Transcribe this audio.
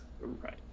Right